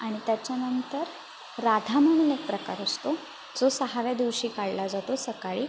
आणि त्याच्यानंतर राधा म्हणून एक प्रकार असतो जो सहाव्या दिवशी काढला जातो सकाळी